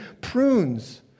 prunes